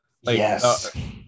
Yes